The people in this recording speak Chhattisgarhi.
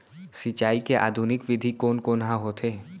सिंचाई के आधुनिक विधि कोन कोन ह होथे?